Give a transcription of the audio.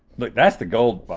look that's the gold but